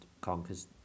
conquers